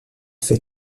fait